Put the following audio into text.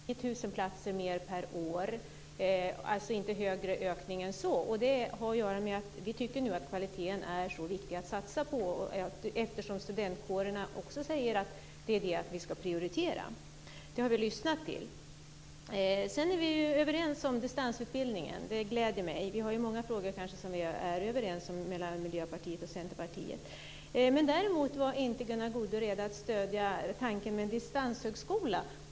Herr talman! Jag börjar med en fråga om platserna i högskolorna, nämligen att vi vill inte ha mer än tusen platser mer per år, dvs. inte en högre ökning än så. Vi tycker nu att det är så viktigt att satsa på kvaliteten, och studentkårerna säger att det är det vi ska prioritera. Det har vi lyssnat till. Vi är överens om distansutbildningen. Det gläder mig. Miljöpartiet och Centerpartiet är överens om många frågor. Däremot var Gunnar Goude inte redo att stödja tanken med en distanshögskola.